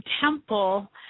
temple